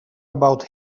about